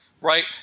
right